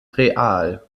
real